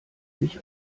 sich